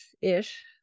ish